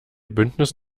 bündnis